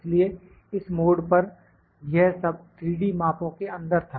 इसलिए इस मोड पर यह सब 3D मापो के अंदर था